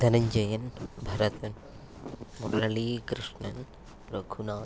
Dhananjay Bharat Murali Krishna Raghunath